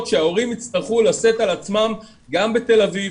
שההורים יצטרכו לשאת על עצמם גם בתל אביב,